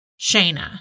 Shayna